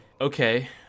Okay